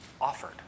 offered